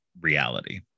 reality